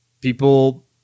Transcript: people